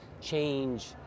change